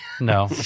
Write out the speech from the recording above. No